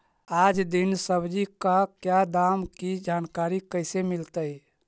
आज दीन सब्जी का क्या दाम की जानकारी कैसे मीलतय?